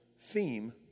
theme